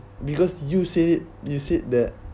because you said you said that